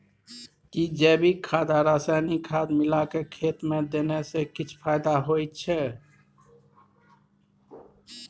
कि जैविक खाद आ रसायनिक खाद मिलाके खेत मे देने से किछ फायदा होय छै?